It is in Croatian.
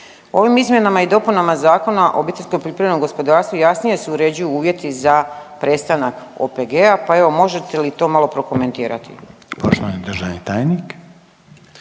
Ovim izmjenama i dopunama Zakona o obiteljsko poljoprivrednom gospodarstvu jasnije se uređuju uvjeti za prestanak OPG-a, pa evo možete li to malo prokomentirati.